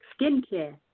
skincare